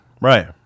right